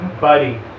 buddy